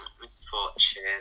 misfortune